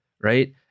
right